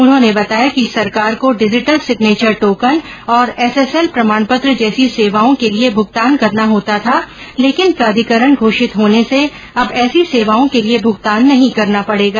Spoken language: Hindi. उन्होंने बताया कि सरकार को डिजीटल सिग्नेचर टोकन और एसएसएल प्रमाण पत्र जैसी सेवाओं के लिए भूगतान करना होता था लेकिन प्राधिकरण घोषित होने से अब ऐसी सेवाओं के लिए भूगतान नही करना पड़ेगा